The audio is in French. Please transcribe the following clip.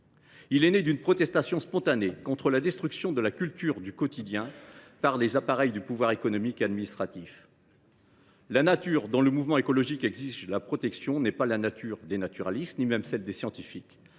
d’une protestation spontanée contre la destruction de la culture du quotidien par les appareils de pouvoir économique et administratif. […] La nature dont le mouvement écologique exige la protection n’est pas la nature des naturalistes ni celle de l’écologie scientifique.